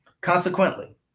Consequently